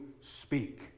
speak